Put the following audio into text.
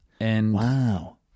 Wow